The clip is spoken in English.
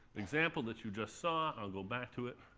example that you just saw i'll go back to it,